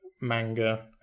manga